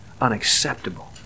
unacceptable